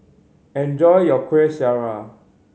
enjoy your Kuih Syara